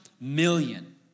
million